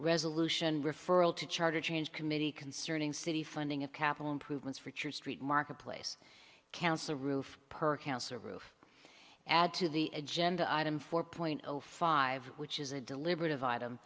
resolution referral to charter change committee concerning city funding of capital improvements for church street marketplace council roof per council roof add to the agenda item four point zero five which is a deliberative item